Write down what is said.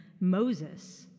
Moses